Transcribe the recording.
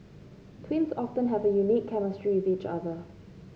twins often have a unique chemistry with each other